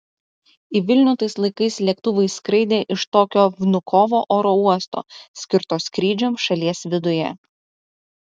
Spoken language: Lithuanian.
į vilnių tais laikais lėktuvai skraidė iš tokio vnukovo oro uosto skirto skrydžiams šalies viduje